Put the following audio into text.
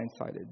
blindsided